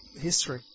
history